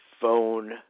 phone